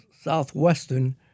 Southwestern